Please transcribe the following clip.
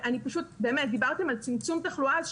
דיברתם על צמצום תחלואה,